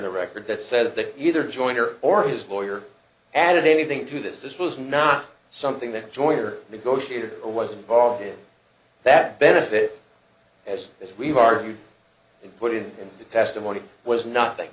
the record that says that either jointer or his lawyer added anything to this this was not something they enjoy or negotiated or was involved in that benefit as as we've argued put it in the testimony was nothing